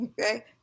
Okay